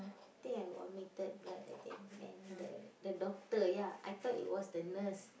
think I vomited blood I think then the the doctor ya I thought it was the nurse